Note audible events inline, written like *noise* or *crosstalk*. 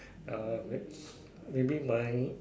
uh *noise* maybe mine